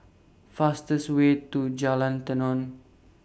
fastest Way to Jalan Tenon